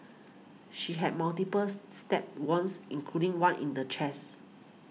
she had multiples stab ones including one in the chest